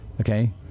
Okay